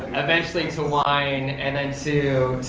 eventually to wine and then to,